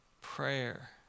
prayer